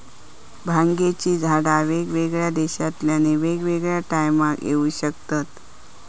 भांगेची झाडा वेगवेगळ्या देशांतल्यानी वेगवेगळ्या टायमाक येऊ शकतत